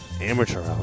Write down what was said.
Amateur